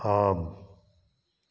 ஆம்